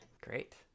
great